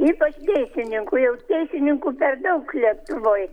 ypač teisininkų jau teisininkų per daug lietuvoj